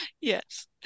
Yes